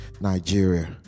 Nigeria